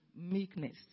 meekness